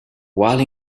while